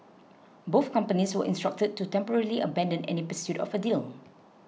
both companies were instructed to temporarily abandon any pursuit of a deal